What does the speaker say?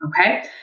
Okay